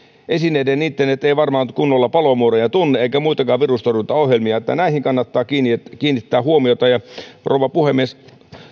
esineiden internet ei varmaan kunnolla palomuureja tunne eikä muitakaan virustorjuntaohjelmia niin että näihin kannattaa kiinnittää kiinnittää huomiota rouva puhemies